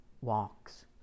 walks